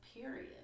period